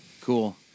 Cool